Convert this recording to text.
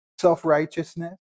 self-righteousness